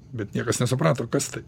bet niekas nesuprato kas tai